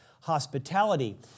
hospitality